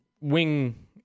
wing